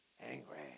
angry